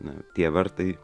na tie vartai